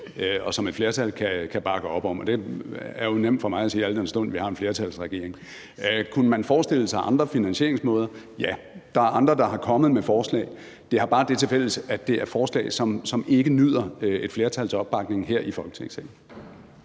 og som et flertal kan bakke op om, og det er jo nemt for mig at sige, al den stund at vi har en flertalsregering. Kunne man forestille sig andre finansieringsmåder? Ja, der er andre, der er kommet med forslag, men det har bare det tilfælles, at det er forslag, som ikke nyder et flertals opbakning her i Folketingssalen.